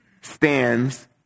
stands